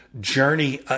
journey